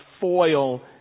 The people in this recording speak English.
foil